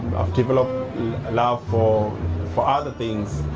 given um love for for other things.